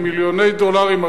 היא מיליוני דולרים,